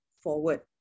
forward